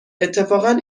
اتفاقا